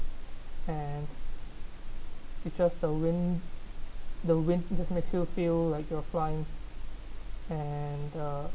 and it's just the wind the wind just makes you feel like you're flying and uh